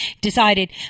decided